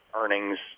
earnings